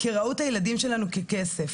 כי ראו את הילדים שלנו ככסף.